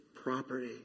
property